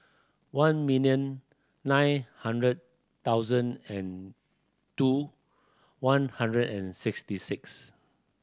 one million nine hundred thousand and two one hundred and sixty six